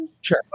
Sure